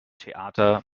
theater